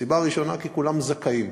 סיבה ראשונה, כי כולם זכאים